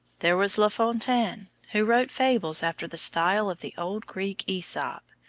there was la fontaine, who wrote fables after the style of the old greek aesop,